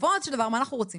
בסופו של דבר מה אנחנו רוצים?